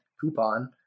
coupon